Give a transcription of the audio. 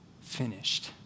finished